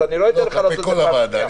זה לא שם.